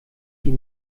die